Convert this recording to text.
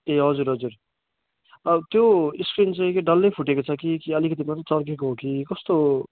ए हजुर हजुर त्यो स्क्रिन चाहिँ के डल्लै फुटेको छ कि कि अलिकति मात्रै चर्केको हो कि कस्तो